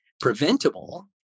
preventable